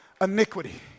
iniquity